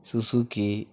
Suzuki